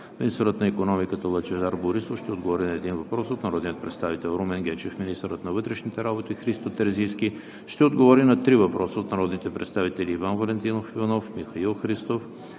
Министърът на икономиката Лъчезар Борисов ще отговори на един въпрос от народния представител Румен Гечев. 4. Министърът на вътрешните работи Христо Терзийски ще отговори на три въпроса от народните представители Иван Валентинов Иванов; Михаил Христов;